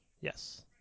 Yes